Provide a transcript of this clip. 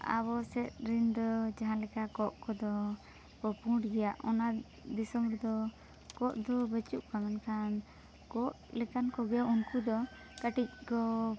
ᱟᱵᱚ ᱥᱮᱫ ᱨᱮᱱᱫᱚ ᱡᱟᱦᱟᱸ ᱞᱮᱠᱟ ᱠᱚᱸᱜ ᱠᱚᱫᱚ ᱠᱚ ᱯᱩᱸᱰ ᱜᱮᱭᱟ ᱚᱱᱟ ᱫᱤᱥᱚᱢ ᱨᱮᱫᱚ ᱠᱚᱸᱜ ᱫᱚ ᱵᱟᱹᱪᱩᱜ ᱠᱚᱣᱟ ᱢᱮᱱᱠᱷᱟᱱ ᱠᱚᱸᱜ ᱞᱮᱠᱟᱱ ᱠᱚᱜᱮ ᱩᱱᱠᱩ ᱫᱚ ᱠᱟᱹᱴᱤᱡ ᱠᱚ